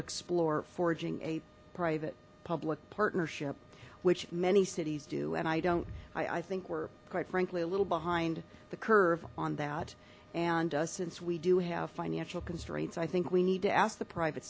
explore forging a private public partnership which many cities do and i don't i think we're quite frankly a little behind the curve on that and since we do have financial constraints i think we need to ask the private